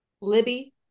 Libby